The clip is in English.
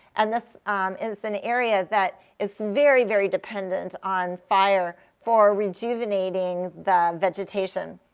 and this is an area that is very, very dependent on fire for rejuvenating the vegetation.